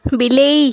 ବିଲେଇ